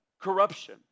corruption